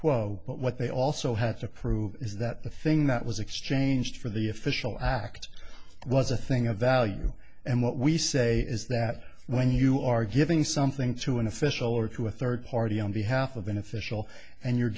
but what they also have to prove is that the thing that was exchanged for the official act was a thing of value and what we say is that when you are giving something to an official or to a third party on behalf of an official and you're